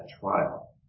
trial